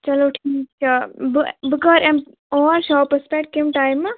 چَلو ٹھیٖک چھُ بہٕ بہٕ کَر یِمہٕ اور شاپس پٮ۪ٹھ کمہِ ٹایمہٕ